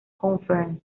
conference